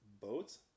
boats